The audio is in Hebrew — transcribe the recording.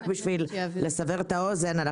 רק בשביל לסבר את האוזן,